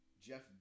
Jeff